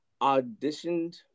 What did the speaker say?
auditioned